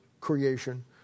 creation